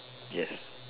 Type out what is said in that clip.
yes